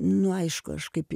nu aišku aš kaip